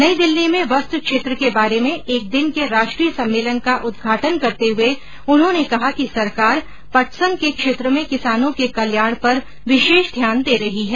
नई दिल्ली में वस्त्र क्षेत्र के बारे में एक दिन के राष्ट्रीय सम्मेलन का उदघाटन करते हुए उन्होंने कहा कि सरकार पटसन के क्षेत्र में किसानों के कल्याण पर विशेष ध्यान दे रही है